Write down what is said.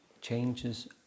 changes